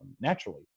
naturally